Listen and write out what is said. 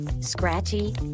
scratchy